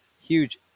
huge